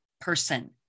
person